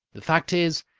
the fact is,